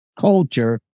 culture